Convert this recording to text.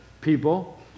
people